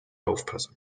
aufpasse